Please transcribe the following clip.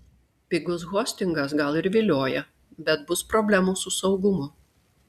pigus hostingas gal ir vilioja bet bus problemų su saugumu